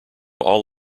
all